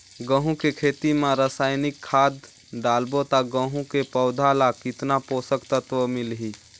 गंहू के खेती मां रसायनिक खाद डालबो ता गंहू के पौधा ला कितन पोषक तत्व मिलही?